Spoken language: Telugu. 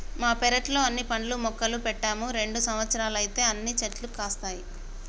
మా పెరట్లో అన్ని పండ్ల మొక్కలు పెట్టాము రెండు సంవత్సరాలైతే అన్ని చెట్లు కాస్తాయి